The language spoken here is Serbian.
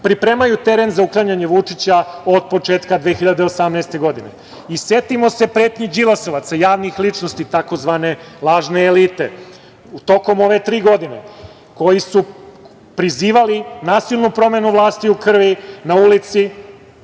pripremaju teren za uklanjanje Vučića od početka 2018. godine. Setimo se pretnji đilasovaca, javnih ličnosti, tzv. lažne elite, tokom ove tri godine koji su prizivali nasilnu promenu vlasti u krvi, na ulici,